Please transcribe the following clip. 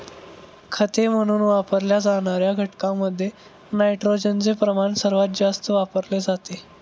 खते म्हणून वापरल्या जाणार्या घटकांमध्ये नायट्रोजनचे प्रमाण सर्वात जास्त वापरले जाते